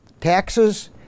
taxes